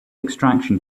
extraction